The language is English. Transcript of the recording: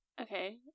Okay